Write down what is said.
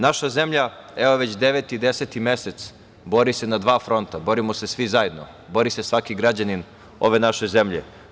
Naša zemlja evo već deveti, deseti mesec bori se na dva fronta, borimo se svi zajedno, bori se svaki građanin ove naše zemlje.